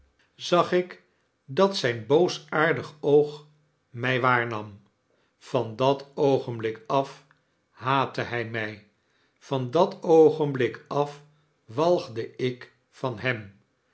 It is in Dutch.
zag ik dat ztjn boosaardig oog mij waarnam van dat oogenblik af haatte hg mij vandatoogenblik at walgde ik van hem